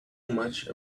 much